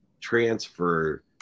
transfer